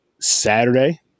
Saturday